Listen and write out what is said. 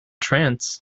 trance